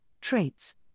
traits